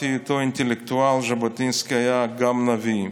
היותו אינטלקטואל ז'בוטינסקי היה גם נביא.